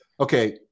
okay